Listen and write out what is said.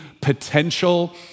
potential